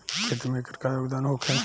खेती में एकर का योगदान होखे?